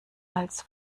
als